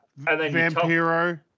Vampiro